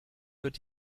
wird